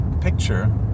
picture